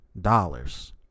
dollars